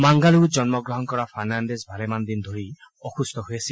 মাংগালুৰুত জন্মগ্ৰহণ কৰা ফাৰ্ণাণ্ডেজ ভালেমানদিন ধৰি অসুস্থ হৈ আছিল